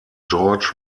george